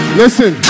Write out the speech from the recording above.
listen